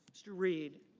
mr. reed.